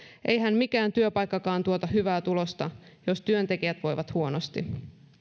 eihän mikään työpaikkakaan tuota hyvää tulosta jos työntekijät voivat huonosti